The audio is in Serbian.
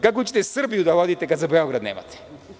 Kako ćete Srbiju da vodite, kada za Beograd nemate.